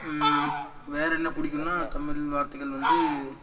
வேறு என்ன புடிக்குன்னா தமிழ் வார்த்தைகள் வந்து